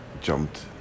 jumped